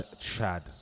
Chad